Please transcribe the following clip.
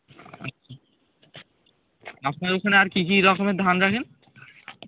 আপনার ওইখানে আর কী কী রকমের ধান রাখেন